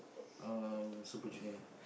um Super-Junior